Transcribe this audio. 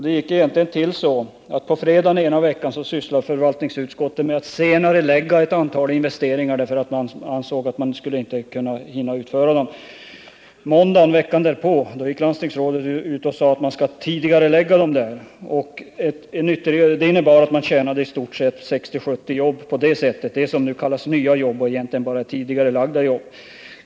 Det gick till så här: På fredagen den ena veckan beslöt förvaltningsutskottet att senarelägga ett antal investeringar som man ansåg att man inte skulle hinna utföra. På måndagen veckan därpå sade landstingsrådet att man skulle tidigarelägga dessa investeringar. Det innebar att man tjänade 60-70 jobb — det som nu kallas nya jobb och egentligen bara är tidigarelagda.